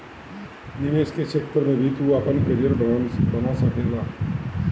निवेश के क्षेत्र में भी तू आपन करियर बना सकेला